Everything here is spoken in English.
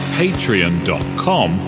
patreon.com